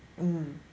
mm